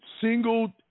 single